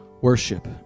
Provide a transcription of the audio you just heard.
worship